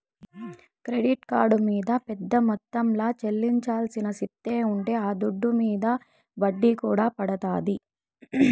credit card మింద పెద్ద మొత్తంల చెల్లించాల్సిన స్తితే ఉంటే ఆ దుడ్డు మింద ఒడ్డీ కూడా పడతాది